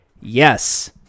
Yes